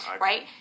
Right